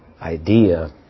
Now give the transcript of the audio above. idea